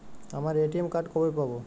আমার ATM card কবে পাব?